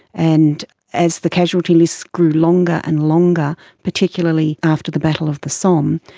and as the casualty lists grew longer and longer, particularly after the battle of the somme,